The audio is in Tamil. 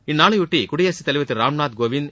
இந்நாளையொட்டி குடியரசுத் தலைவர் திரு ராம்நாத் கோவிந்த்